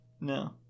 No